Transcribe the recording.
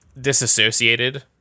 disassociated